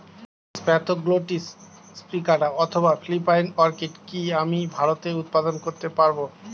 Spathoglottis plicata অথবা Philippine orchid কি আমি ভারতে উৎপাদন করতে পারবো?